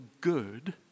good